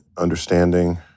understanding